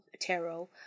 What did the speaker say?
tarot